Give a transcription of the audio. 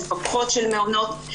מפקחות של מעונות,